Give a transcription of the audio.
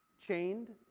chained